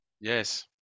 Yes